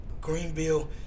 Greenville